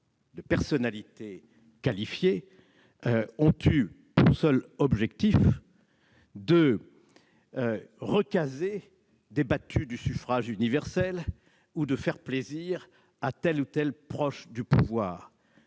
de la VRépublique ont eu pour seuls objectifs de recaser des battus du suffrage universel ou de faire plaisir à tel ou tel proche du pouvoir.